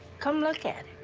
come look at